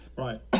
right